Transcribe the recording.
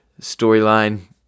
storyline